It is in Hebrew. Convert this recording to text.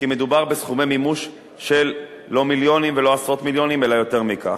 כי מדובר בסכומי מימוש של לא מיליונים ולא עשרות מיליונים אלא יותר מכך.